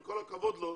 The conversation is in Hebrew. עם כל הכבוד לו,